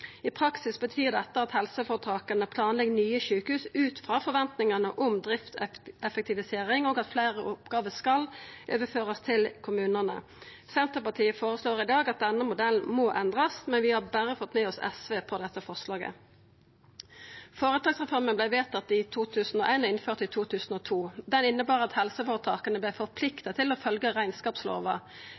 I praksis betyr dette at helseføretaka planlegg nye sjukehus ut frå forventingane om driftseffektivisering, og at fleire oppgåver skal overførast til kommunane. Senterpartiet føreslår i dag at denne modellen må endrast, men vi har berre fått med oss SV på dette forslaget. Føretaksreforma vart vedteken i 2001 og innført i 2002. Det innebar at helseføretaka vart forplikta til å